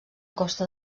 costa